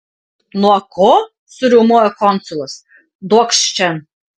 nuo ko suriaumojo konsulas duokš šen